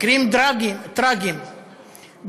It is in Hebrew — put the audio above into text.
מקרים טרגיים.